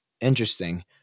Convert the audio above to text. interesting